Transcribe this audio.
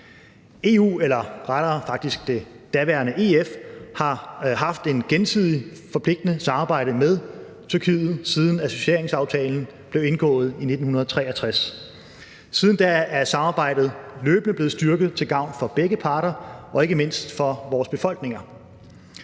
EU eller rettere det daværende EF har haft et gensidigt forpligtende samarbejde med Tyrkiet, siden associeringsaftalen blev indgået i 1963. Siden da er samarbejdet løbende blevet styrket til gavn for begge parter og ikke mindst for vores befolkninger.